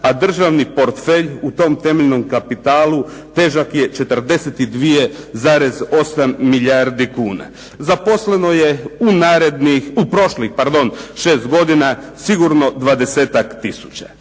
a državni portfelj u tom temeljnom kapitalu težak je 42,8 milijardi kuna. Zaposleno je u prošlih 6 godina sigurno 20-tak